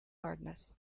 hardness